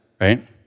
right